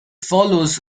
follows